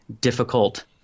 difficult